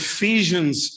Ephesians